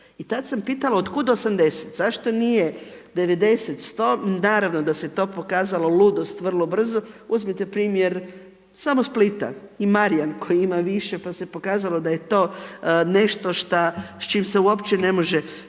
I tad sam pitala otkud 80, zašto nije 90, 100, naravno da se to pokazala ludost vrlo brzo, uzmite primjer samo Splita i Marjan koji ima više pa se pokazalo da je to nešto s šta, s čime se uopće ne može